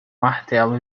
martelo